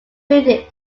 building